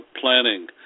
planning